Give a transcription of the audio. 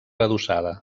adossada